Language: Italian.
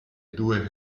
due